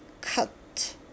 cut